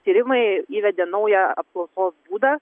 tyrimai įvedė naują apklausos būdą